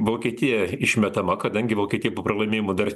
vokietija išmetama kadangi vokietija po pralaimėjimo dar